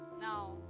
Now